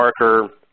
marker